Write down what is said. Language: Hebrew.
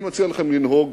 אני מציע לכם לנהוג